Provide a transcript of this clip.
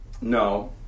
No